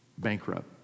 Bankrupt